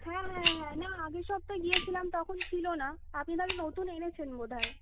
হ্যাঁ হ্যাঁ হ্যাঁ না আগের সপ্তাহয় গিয়েছিলাম তখন ছিলো না আপনি তাহলে নতুন এনেছেন বোধহয়